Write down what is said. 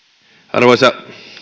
arvoisa